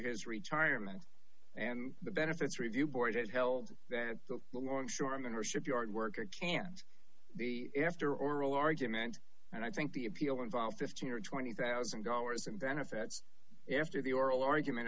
his retirement and the benefits review board had held that the longshoremen were shipyard worker can't be after oral argument and i think the appeal involved fifteen or twenty thousand dollars and benefits after the oral argument